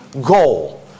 goal